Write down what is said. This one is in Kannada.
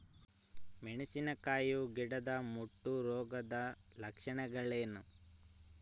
ಮೆಣಸಿನಕಾಯಿ ಗಿಡದ ಮುಟ್ಟು ರೋಗದ ಲಕ್ಷಣಗಳೇನು?